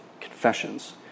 confessions